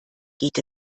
geht